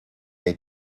hay